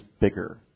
bigger